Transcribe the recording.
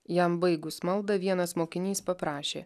jam baigus maldą vienas mokinys paprašė